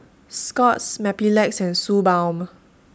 Scott's Mepilex and Suu Balm